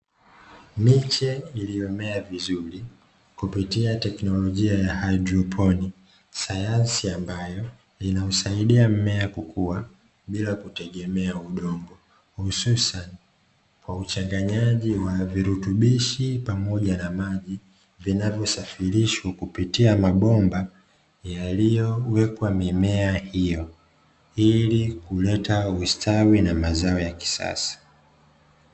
Miche iliyomea vizuri kupitia teknolojia ya haidroponi, sayansi ambayo inausaidia mmea kukua bila kutegemea udongo hususani kwa uchanganyaji wa virutubishi pamoja na maji, vinavyosafirishwa kupitia mabomba yaliyowekwa mimea hiyo ili kuleta ustawi na mazao ya kisasa.